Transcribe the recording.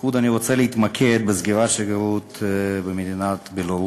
בייחוד אני רוצה להתמקד בסגירת השגרירות במדינת בלרוס.